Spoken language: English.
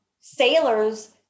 sailors